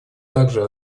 также